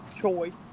choice